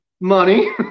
Money